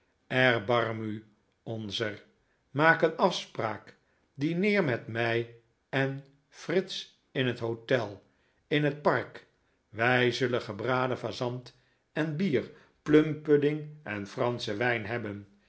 u onzer maak een afspraak dineer met mij en fritz in het hotel in het park wij zullen gebraden fazant en bier plumpudding en franschen wijn hebben